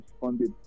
funded